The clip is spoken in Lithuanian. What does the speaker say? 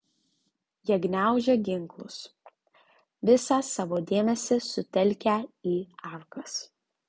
jie gniaužė ginklus visą savo dėmesį sutelkę į arkas